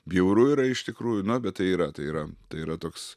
bjauru yra iš tikrųjų nu bet tai yra tai yra tai yra toks